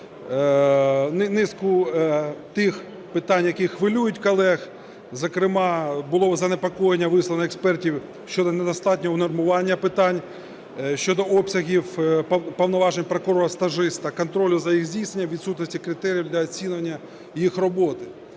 низку тих питань, які хвилюють колег, зокрема було занепокоєння висловлення експертів щодо недостатнього унормування питань щодо обсягів повноважень прокурора-стажиста, контролю за їх здійсненням, відсутності критеріїв для оцінювання їх роботи